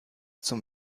zum